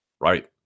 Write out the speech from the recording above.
right